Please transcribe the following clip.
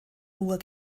ruhr